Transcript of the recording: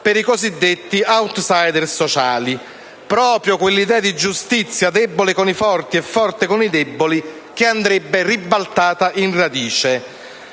per i cosiddetti *outsider* sociali; proprio quell'idea di giustizia debole con i forti e forte con i deboli che andrebbe ribaltata in radice.